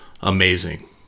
amazing